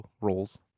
roles